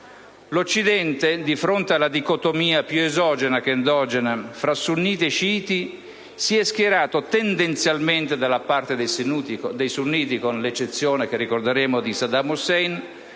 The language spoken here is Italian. L'Occidente, di fronte alla dicotomia, più esogena che endogena, fra sunniti e sciiti, si è schierato tendenzialmente dalla parte dei sunniti (con l'eccezione da tutti ricordata di Saddam Hussein),